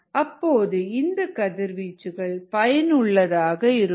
அப்பொழுது இந்த கதிர்வீச்சுகள் பயனுள்ளதாக இருக்கும்